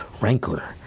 rancor